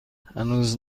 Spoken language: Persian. هنوز